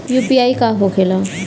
UPI का होखेला?